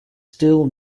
still